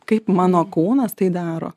kaip mano kūnas tai daro